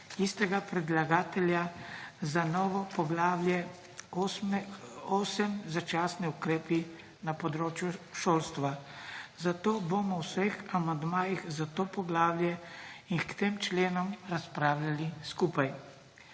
istega predlagatelja za novo poglavje 8 – začasni ukrepi na področju šolstva. Zato bomo o vseh amandmajih za to poglavje in k tem členom razpravljali skupaj.